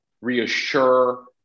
reassure